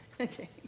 Okay